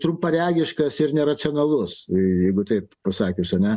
trumparegiškas ir neracionalus jeigu taip pasakius ane